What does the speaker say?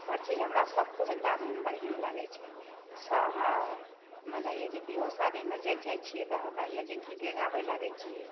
हर चीज हमरा सबकिछु गाबैमे बढ़िआँ लागै छै तऽ हऽ मने यऽ जे बिआहो शादीमे जाए जाए छिए तऽ हमरा हिआँ डिगडिगाबै लागै छिए